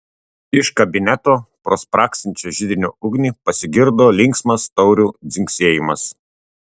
iš kabineto pro spragsinčią židinio ugnį pasigirdo linksmas taurių dzingsėjimas